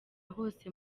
hose